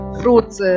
fruits